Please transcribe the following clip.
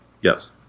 Yes